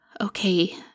Okay